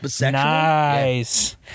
nice